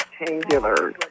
rectangular